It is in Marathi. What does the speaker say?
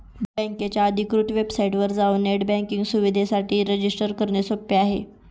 बकेच्या अधिकृत वेबसाइटवर जाऊन नेट बँकिंग सुविधेसाठी रजिस्ट्रेशन करणे सोपे आहे